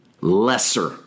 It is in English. lesser